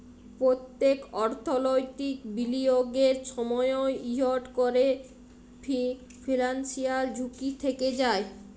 প্যত্তেক অর্থলৈতিক বিলিয়গের সময়ই ইকট ক্যরে ফিলান্সিয়াল ঝুঁকি থ্যাকে যায়